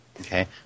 Okay